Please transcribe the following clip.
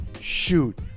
shoot